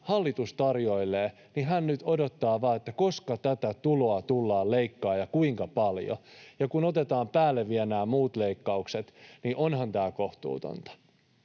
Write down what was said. hallitus tarjoilee: hän nyt odottaa vain, että koska tätä tuloa tullaan leikkaamaan ja kuinka paljon. Kun otetaan päälle vielä nämä muut leikkaukset, niin onhan tämä kohtuutonta.